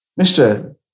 Mr